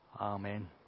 Amen